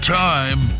time